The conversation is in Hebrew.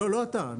לא אתה.